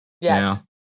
Yes